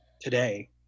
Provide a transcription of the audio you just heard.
today